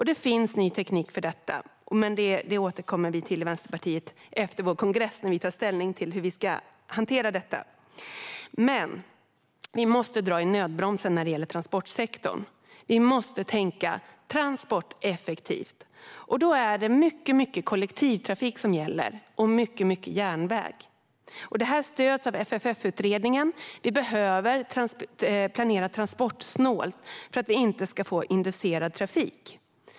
Det finns ny teknik för detta, vilket vi i Vänsterpartiet återkommer till efter vår kongress, då vi tar ställning till hur vi ska hantera detta. Vi måste dra i nödbromsen när det gäller transportsektorn. Vi måste tänka transporteffektivt. Då är det mycket kollektivtrafik och järnväg som gäller. Detta stöds även av FFF-utredningen. Vi behöver planera transportsnålt för att vi inte ska få inducerad trafik.